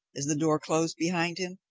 as the door closed behind him,